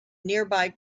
nearby